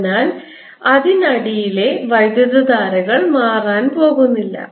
അതിനാൽ അതിനിടയിലെ വൈദ്യുതധാരകൾ മാറാൻ പോകുന്നില്ല